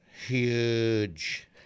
Huge